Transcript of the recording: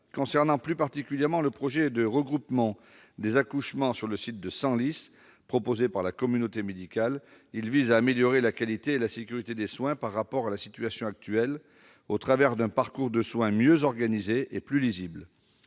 Concernant plus particulièrement le projet de regroupement des accouchements sur le site de Senlis, proposé par la communauté médicale, il vise à améliorer la qualité et la sécurité des soins par rapport à la situation actuelle, au travers d'un parcours de soins mieux organisé et plus lisible.